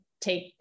take